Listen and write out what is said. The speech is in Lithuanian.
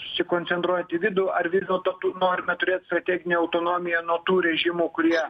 susikoncentruot į vidų ar vis dėlto tų norime turėt strateginę autonomiją nuo tų režimų kurie